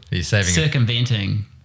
circumventing